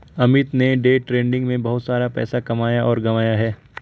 अमित ने day trading में बहुत सारा पैसा कमाया और गंवाया है